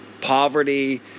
poverty